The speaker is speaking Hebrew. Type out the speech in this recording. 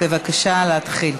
בבקשה להתחיל.